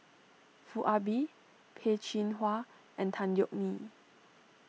Foo Ah Bee Peh Chin Hua and Tan Yeok Nee